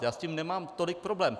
Já s tím nemám tolik problém.